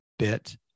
bit